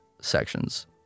sections